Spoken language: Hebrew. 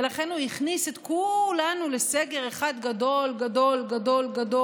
ולכן הוא הכניס את כולנו לסגר אחד גדול גדול גדול,